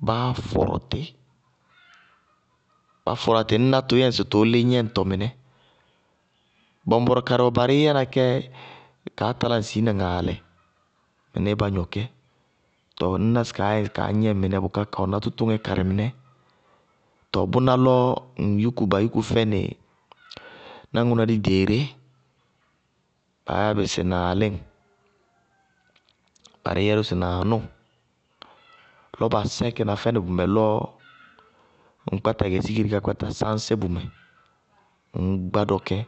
báá fɔrɔ tí, bá fɔrɔwá tí, ŋñná tʋʋ yɛ ŋsɩ tʋʋ lí gnɛŋtɔ mɩnɛ, bɔŋbɔrɔ karɩ wɛ barɩí yɛna kɛ, kaá talá ŋsɩ ina ŋaalɛ mɩnísíɩ bá gnɔ kɛ. Tɔɔ ŋñná ŋsɩ kaá yɛ ŋsɩ ka gnɛŋ mɩnɛ bʋká ka wɛná tʋtʋŋɛ karɩ mɩnɛ, tɔɔ bʋná lɔ ŋ yúku ba yúku fɛnɩ náŋʋná díɖeeré, baá yá bɩ sɩ naalíŋ, barɩí yá bɩ ró sɩ naanʋŋ, lɔ ba sɛkɩna fɛnɩ bʋmɛ lɔ kpáta gɛ sikiri ka sáñsí bʋmɛ, ŋñ gbádɔ kɛɛ yá.